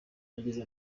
agize